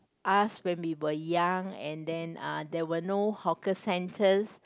us when we were young and then there were no hawker centres